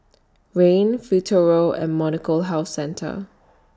Rene Futuro and Molnylcke Health Centre